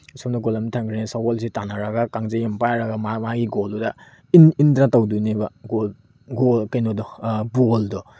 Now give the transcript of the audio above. ꯁꯣꯝꯗ ꯒꯣꯜ ꯑꯃ ꯊꯝꯈ꯭ꯔꯅꯤ ꯁꯒꯣꯜꯁꯤ ꯇꯥꯟꯅꯔꯒ ꯀꯥꯡꯖꯩ ꯑꯃ ꯄꯥꯏꯔꯒ ꯃꯥꯒꯤ ꯃꯥꯒꯤ ꯒꯣꯜꯗꯨꯗ ꯏꯟ ꯏꯟꯗꯅ ꯇꯧꯗꯣꯏꯅꯦꯕ ꯒꯣꯜ ꯒꯣꯜ ꯀꯩꯅꯣꯗꯣ ꯕꯣꯜꯗꯣ